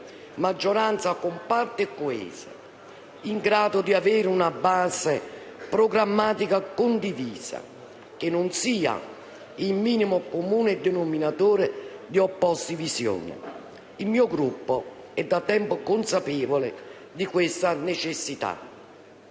maggioranza compatta e coesa, in grado di avere una base programmatica condivisa, che non sia il minimo comune denominatore di opposte visioni. Il mio Gruppo è da tempo consapevole di questa necessità.